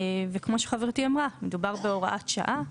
וכמו שחברתי אמרה, מדובר בהוראת שעה.